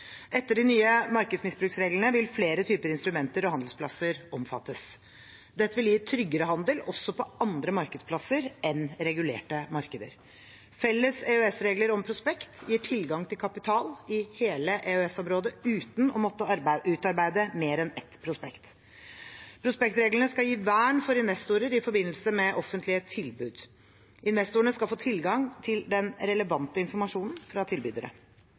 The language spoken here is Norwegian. Etter de nye markedsmisbruksreglene vil flere typer instrumenter og handelsplasser omfattes. Dette vil gi tryggere handel også på andre markedsplasser enn regulerte markeder. Felles EØS-regler om prospekt gir tilgang til kapital i hele EØS-området uten å måtte utarbeide mer enn ett prospekt. Prospektreglene skal gi vern for investorer i forbindelse med offentlige tilbud. Investorene skal få tilgang til den relevante informasjonen fra tilbydere.